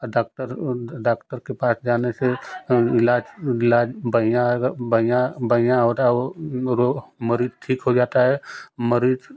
और doctor doctor के पास जाने से इलाज इलाज बढ़िया अगर बढ़िया बढ़िया होता है वो और मरीज थे ठीक हो जाता है मरीज